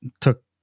took